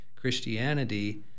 Christianity